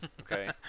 Okay